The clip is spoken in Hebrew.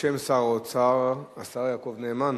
בשם שר האוצר, השר יעקב נאמן?